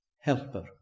helper